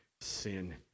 sin